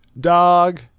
Dog